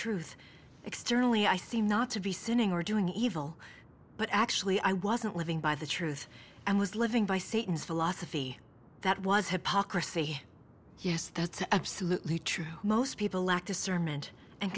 truth externally i see not to be sinning or doing evil but actually i wasn't living by the truth and was living by satan's philosophy that was hypocrisy yes that's absolutely true most people lack discernment and